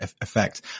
effect